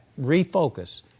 refocus